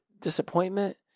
disappointment